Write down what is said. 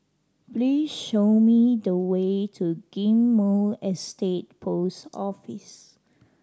please show me the way to Ghim Moh Estate Post Office